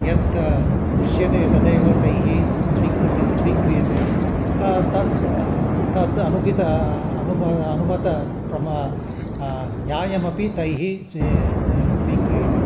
यत् दृश्यते तदेव तैः स्वीकृत स्वीक्रियते तत् तत् अनुगित अनुब अनुमितं प्रमा न्यायमपि तैः स्वि स्वीक्रियते